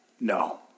No